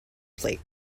plate